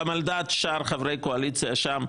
גם על דעת שאר חברי הקואליציה שם,